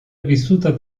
vissuta